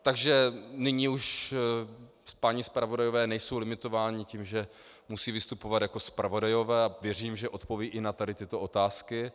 Takže nyní už páni zpravodajové nejsou limitováni tím, že musí vystupovat jako zpravodajové, a věřím, že odpovědí i na tady tyto otázky.